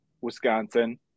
Wisconsin